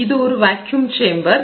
இது ஒரு vacuum chamber